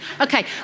Okay